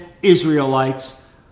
Israelites